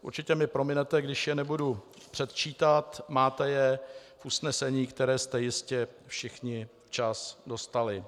Určitě mi prominete, když je nebudu předčítat, máte je v usnesení, které jste jistě všichni včas dostali.